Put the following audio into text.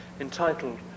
entitled